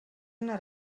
una